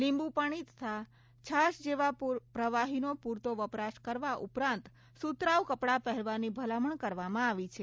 લીંબુપાણી તથા છાશ જેવા પ્રવાહીનો પૂરતો વપરાશ કરવા ઉપરાંત સતરાઉ કપડાં પહેરવાની ભલામણ કરવામાં આવી છે